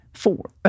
four